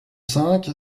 cinq